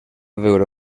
veure